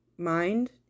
mind